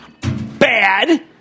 Bad